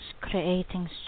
creating